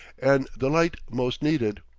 and the light most needed.